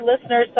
listeners